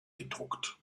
gedruckt